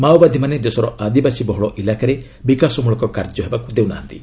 ମାଓବାଦୀମାନେ ଦେଶର ଆଦିବାସୀ ବହୁଳ ଇଲାକାରେ ବିକାଶମୂଳକ କାର୍ଯ୍ୟ ହେବାକୁ ଦେଉ ନାହାନ୍ତି